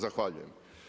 Zahvaljujem.